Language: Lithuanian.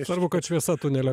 svarbu kad šviesa tunelio